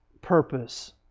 purpose